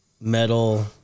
metal